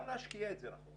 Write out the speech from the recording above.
גם להשקיע את זה.